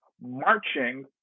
marching